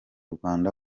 rwanda